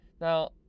Now